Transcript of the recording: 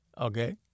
Okay